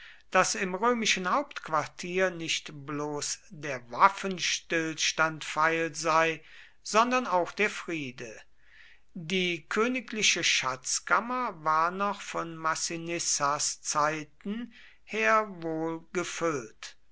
daß im römischen hauptquartier nicht bloß der waffenstillstand feil sei sondern auch der friede die königliche schatzkammer war noch von massinissas zeiten her wohl gefüllt